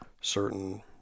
certain